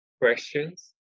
questions